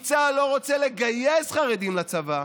כי צה"ל לא רוצה לגייס חרדים לצבא,